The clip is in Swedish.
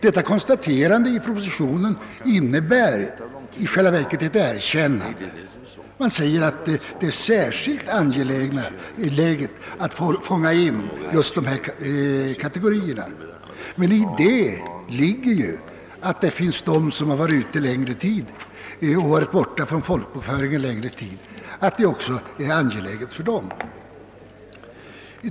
Detta kontaterande i propositionen innebär i själva verket ett erkännande; man säger att det är särskilt angeläget att fånga in just dessa kategorier. Men däri ligger att det också är angeläget att ge dem rösträtt som varit borta från folkbokföringen under en längre tid.